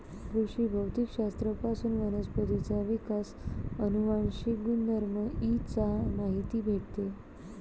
कृषी भौतिक शास्त्र पासून वनस्पतींचा विकास, अनुवांशिक गुणधर्म इ चा माहिती भेटते